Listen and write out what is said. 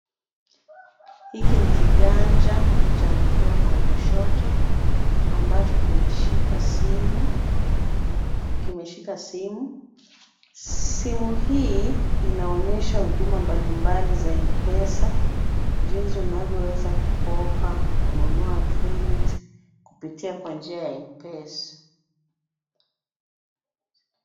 Niko ni kiganja cha mkono wa kushoto ambacho kimeshika simu. Simu hii inaonyesha huduma mbalimbali za MPESA jinsi unavyoweza kukopa, kununua [c]credit[c] kupitia kwa njia ya MPESA.